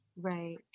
right